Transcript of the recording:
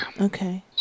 Okay